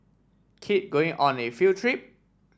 kid going on a field trip